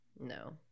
no